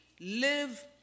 live